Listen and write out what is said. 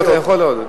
לא, אתה יכול עוד.